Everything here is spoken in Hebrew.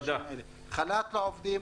חל"ת לעובדים,